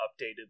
updated